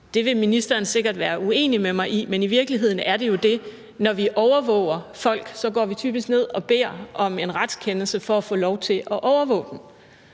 Det vil ministeren sikkert være uenig med mig i, men det er det jo i virkeligheden. Når vi overvåger folk, går vi typisk ned og beder om en retskendelse for at få lov til at overvåge dem.